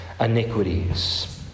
iniquities